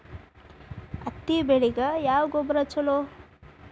ಹತ್ತಿ ಬೆಳಿಗ ಯಾವ ಗೊಬ್ಬರ ಛಲೋ?